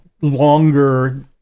longer